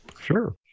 Sure